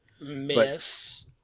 Miss